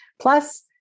Plus